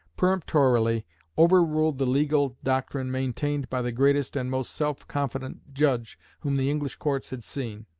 peremptorily overruled the legal doctrine maintained by the greatest and most self-confident judge whom the english courts had seen.